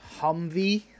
Humvee